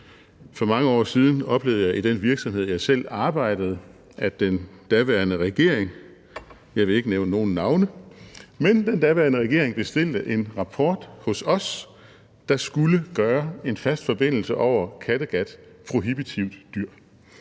For mange år siden oplevede jeg i den virksomhed, som jeg selv arbejdede i, at den daværende regering – jeg vil ikke nævne nogen navne – bestilte en rapport hos os, der skulle gøre en fast forbindelse over Kattegat prohibitivt dyr.